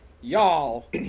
y'all